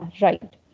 right